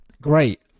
great